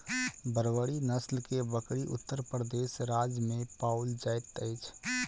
बर्बरी नस्ल के बकरी उत्तर प्रदेश राज्य में पाओल जाइत अछि